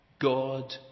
God